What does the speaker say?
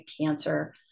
cancer